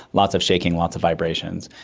lots of shaking, lots of vibrations,